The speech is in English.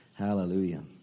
Hallelujah